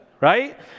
right